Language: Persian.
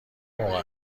موقع